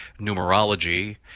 numerology